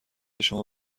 شما